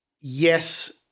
yes